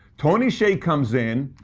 tony hsieh comes in,